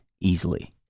easily